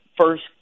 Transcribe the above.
first